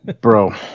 Bro